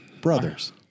Brothers